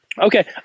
Okay